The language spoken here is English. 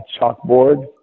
chalkboard